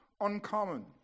uncommon